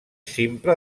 simple